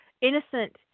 innocent